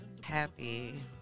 Happy